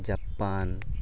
Japan